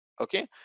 Okay